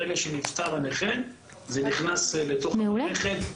ברגע שנפטר הנכה זה נכנס לתוך המערכת,